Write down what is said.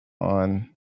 on